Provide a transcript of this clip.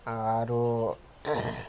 आरो